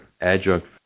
adjunct